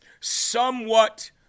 somewhat